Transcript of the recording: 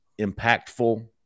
impactful